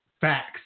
Facts